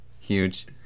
huge